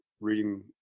reading